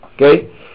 Okay